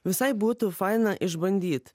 visai būtų faina išbandyt